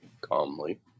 calmly